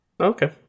Okay